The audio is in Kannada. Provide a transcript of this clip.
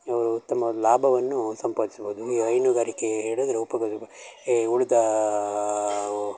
ಉತ್ತಮ ಲಾಭವನ್ನು ಸಂಪಾದಿಸ್ಬೋದು ಈ ಹೈನುಗಾರಿಕೆ ಹೇಳಿದ್ರೆ ಉಪಕಸುಬು ಈ ಉಳಿದವು